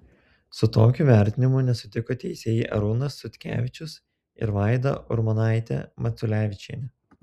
su tokiu vertinimu nesutiko teisėjai arūnas sutkevičius ir vaida urmonaitė maculevičienė